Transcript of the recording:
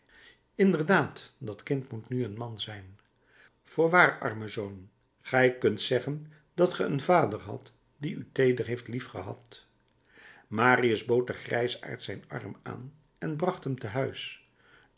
inderdaad dat kind moet nu een man zijn voorwaar arme zoon gij kunt zeggen dat ge een vader hadt die u teeder heeft lief gehad marius bood den grijsaard zijn arm aan en bracht hem